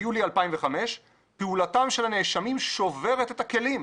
ביולי 2005, 'פעולתם של הנאשמים שוברת את הכלים.